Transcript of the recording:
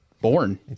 born